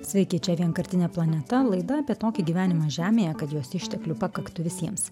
sveiki čia vienkartinė planeta laida apie tokį gyvenimą žemėje kad jos išteklių pakaktų visiems